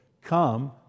come